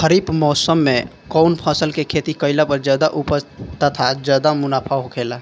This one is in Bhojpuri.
खरीफ़ मौसम में कउन फसल के खेती कइला पर ज्यादा उपज तथा ज्यादा मुनाफा होखेला?